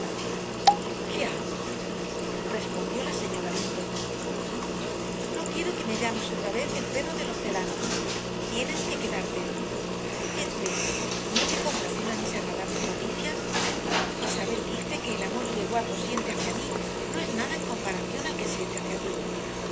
respondió la señora linton no quiero que me llames otra vez el perro del hortelano tienes que quedarte heathcliff no te congratulan mis agradables noticias isabel dice que el amor que eduardo siente hacia mí no es nada en comparación al que siente hacia ti